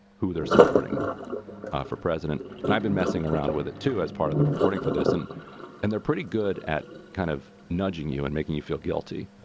who they're supporting ah for president. and i've messing around with it, too, as part of the reporting for this. and and they're pretty good at kind of nudging you and making you feel guilty.